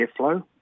airflow